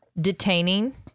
detaining